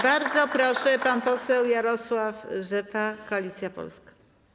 Bardzo proszę, pan poseł Jarosław Rzepa, Koalicja Polska.